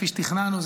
כפי שתכננו.